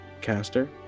caster